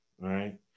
right